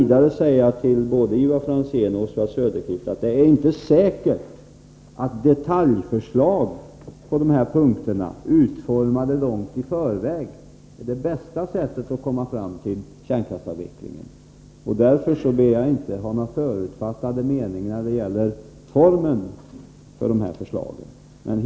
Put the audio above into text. Det är inte säkert, Ivar Franzén och Oswald Söderqvist, att detaljförslag på olika punkter utformade långt i förväg är det bästa sättet att komma fram till kärnkraftsavvecklingen. Därför ber jag er att inte ha några förutfattade meningar när det gäller förslagens form.